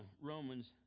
Romans